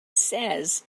says